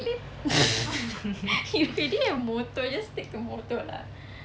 you already have motor just take the motor lah